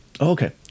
Okay